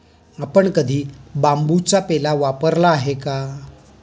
आपण कधी बांबूचा पेला वापरला आहे का?